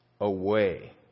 away